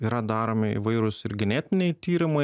yra daromi įvairūs ir genetiniai tyrimai